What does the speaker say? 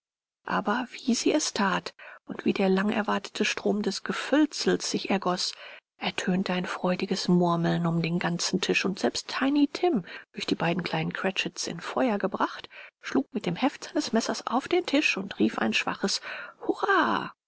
aber wie sie es that und wie der lang erwartete strom des gefüllsels sich ergoß ertönte ein freudiges murmeln um den ganzen tisch und selbst tiny tim durch die beiden kleinen cratchits in feuer gebracht schlug mit dem heft seines messers auf den tisch und rief ein schwaches hurra